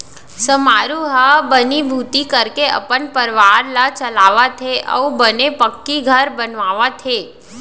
समारू ह बनीभूती करके अपन परवार ल चलावत हे अउ बने पक्की घर बनवावत हे